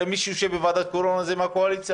הרי מי שיושב בוועדת קורונה הוא מהקואליציה,